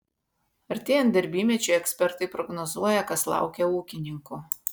artėjant darbymečiui ekspertai prognozuoja kas laukia ūkininkų